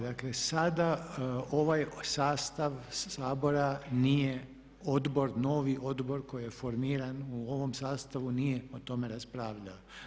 Dakle, sada ovaj sastav Sabora, nije odbor novi odbor koji je formiran u ovom sastavu nije o tome raspravljao.